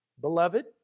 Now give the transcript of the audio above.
Beloved